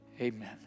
amen